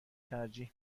ترجیح